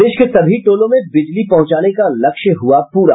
प्रदेश के सभी टोलों में बिजली पहुंचाने का लक्ष्य हुआ पूरा